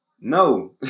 No